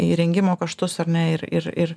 įrengimo kaštus ar ne ir ir ir